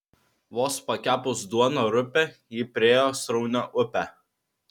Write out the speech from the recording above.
vos pakepus duoną rupią ji priėjo sraunią upę